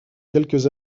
quelques